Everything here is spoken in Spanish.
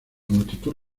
multitud